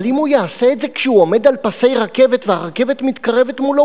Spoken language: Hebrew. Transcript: אבל אם הוא יעשה את זה כשהוא עומד על פסי רכבת והרכבת מתקרבת מולו,